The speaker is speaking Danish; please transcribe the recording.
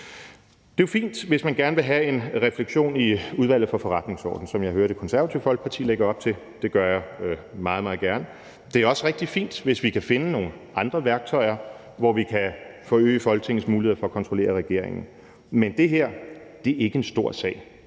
Det er jo fint, hvis man gerne vil have en refleksion i Udvalget for Forretningsordenen, som jeg hører Det Konservative Folkeparti lægger op til. Det ser jeg meget, meget gerne. Det er også rigtig fint, hvis vi kan finde nogle andre værktøjer, hvormed vi kan forøge Folketingets muligheder for at kontrollere regeringen. Kl. 11:23 Men det her er ikke en stor sag;